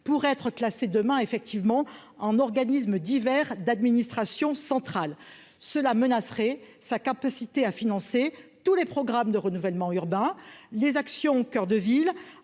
pour être classé demain effectivement en organismes divers d'administration centrale cela menacerait sa capacité à financer tous les programmes de renouvellement urbain, les actions, coeur de ville